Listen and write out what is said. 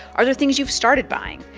are there things you've started buying?